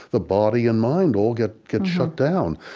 the body and mind all get get shut down,